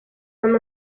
from